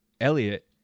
Elliot